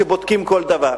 שבודקים כל דבר.